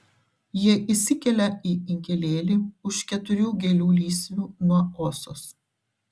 jie įsikelia į inkilėlį už keturių gėlių lysvių nuo osos